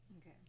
Okay